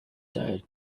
diet